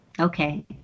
Okay